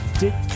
dick